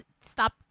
stop